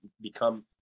become